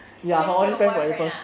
qian hui 有 boyfriend ah